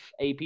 AP